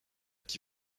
qui